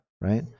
right